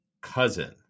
cousin